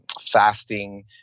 fasting